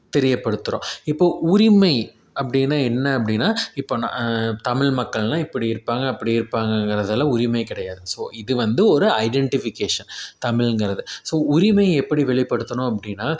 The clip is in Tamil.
தெரியப்படுத்துகிறோம் இப்போது உரிமை அப்படின்னா என்ன அப்படின்னா இப்போ நான் தமிழ் மக்கள்லாம் இப்படி இருப்பாங்க அப்படி இருப்பாங்கங்கிறதெல்லாம் உரிமை கிடையாது ஸோ இது வந்து ஒரு ஐடென்டிஃபிகேஷன் தமிழ்ங்கிறது ஸோ உரிமையை எப்படி வெளிப்படுத்தணும் அப்படின்னா